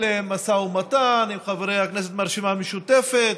משא ומתן עם חברי הכנסת מהרשימה המשותפת,